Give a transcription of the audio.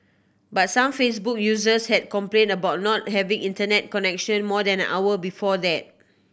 but some Facebook users had complained about not having Internet connection more than an hour before that